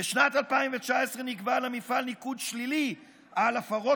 "בשנת 2019 נקבע למפעל ניקוד שלילי על הפרות